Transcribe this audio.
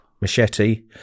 machete